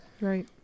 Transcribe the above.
Right